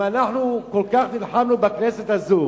אם אנחנו כל כך נלחמנו בכנסת הזאת